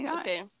okay